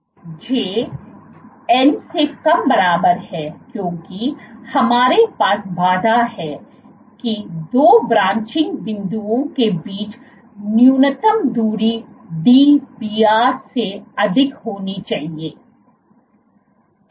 क्यों j n से कम बराबर है क्योंकि हमारे पास बाधा है कि दो ब्रांचिंग बिंदुओं के बीच न्यूनतम दूरी Dbr से अधिक होनी चाहिएब्र